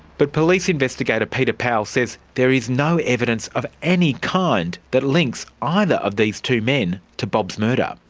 but police investigator peter powell says there is no evidence of any kind that links either of these two men to bob's murder.